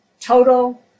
Total